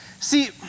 See